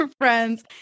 friends